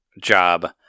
job